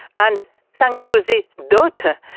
and thanks to the daughter?